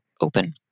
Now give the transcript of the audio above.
open